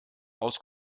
aus